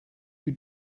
you